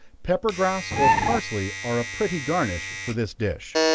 pepper-grass, or parsely, are a pretty garnish for this dish.